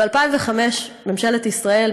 ב-2005 ממשלת ישראל,